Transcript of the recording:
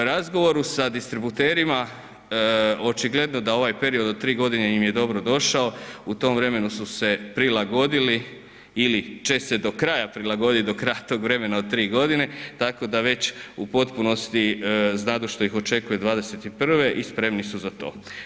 U razgovoru sa distributerima, očigledno da ovaj period od 3 g. im je dobrodošao, u tom vremenu su se prilagodili ili će se do kraja prilagoditi do kraja tog vremena od 3 g., tako da već u potpunosti znadu što ih očekuje 2021. i spremni su za to.